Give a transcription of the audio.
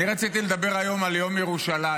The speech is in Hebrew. אני רציתי לדבר היום על יום ירושלים.